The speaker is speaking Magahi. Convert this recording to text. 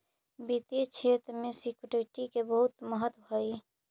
वित्तीय क्षेत्र में सिक्योरिटी के बहुत महत्व हई